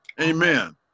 amen